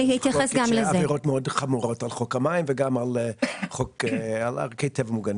עבירות מאוד חמורות של חוק המים ושל ערכי טבע מוגנים.